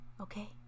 okay